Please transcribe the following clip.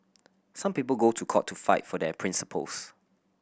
some people go to court to fight for their principles